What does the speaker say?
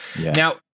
Now